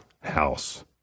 house